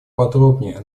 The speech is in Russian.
подробнее